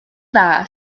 dda